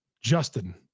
Justin